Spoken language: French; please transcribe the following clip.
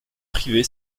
privée